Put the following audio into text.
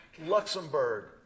Luxembourg